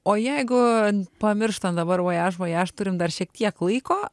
o jeigu pamirštant dabar vojaž vojaž turim dar šiek tiek laiko